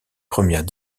premières